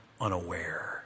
unaware